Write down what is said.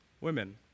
women